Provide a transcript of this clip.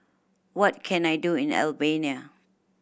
what can I do in Albania